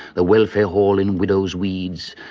the welfare hall in widows' weeds.